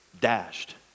dashed